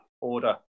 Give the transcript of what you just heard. order